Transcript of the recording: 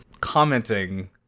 commenting